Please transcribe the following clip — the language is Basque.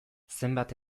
zenbat